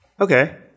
Okay